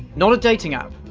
not a dating app.